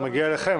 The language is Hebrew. זה יגיע אלינו,